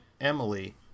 Emily